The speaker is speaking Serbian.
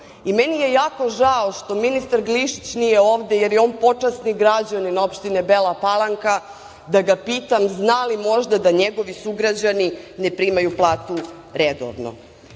je jako žao što ministar Glišić nije ovde, jer je on počasni građanin opštine Bela Palanka, da ga pitam zna li možda da njegovi sugrađani ne primaju platu redovno. Pošto